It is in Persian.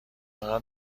فقط